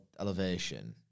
elevation